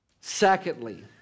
Secondly